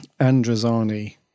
Andrazani